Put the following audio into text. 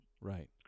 Right